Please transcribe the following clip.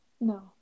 No